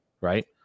right